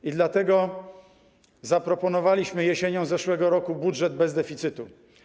I dlatego zaproponowaliśmy jesienią zeszłego roku budżet bez deficytu.